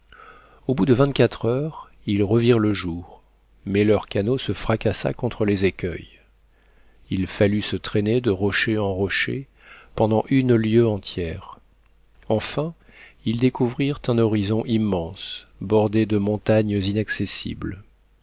au bout de vingt-quatre heures ils revirent le jour mais leur canot se fracassa contre les écueils il fallut se traîner de rocher en rocher pendant une lieue entière enfin ils découvrirent un horizon immense bordé de montagnes inaccessibles